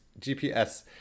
GPS